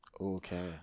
okay